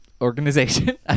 organization